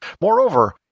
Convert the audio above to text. Moreover